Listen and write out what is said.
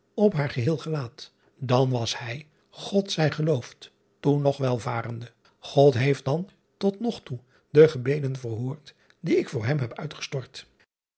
an was hij od zij geloofd toen nog welvarende od heeft dan tot nog toe de gebeden verhoord die ik voor hem heb uitgestort